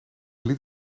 liet